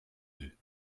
deux